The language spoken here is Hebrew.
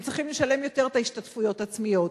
הם צריכים לשלם יותר את ההשתתפויות העצמיות.